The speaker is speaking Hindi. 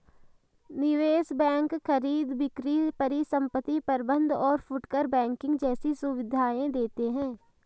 निवेश बैंक खरीद बिक्री परिसंपत्ति प्रबंध और फुटकर बैंकिंग जैसी सुविधायें देते हैं